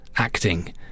acting